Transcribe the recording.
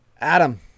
Adam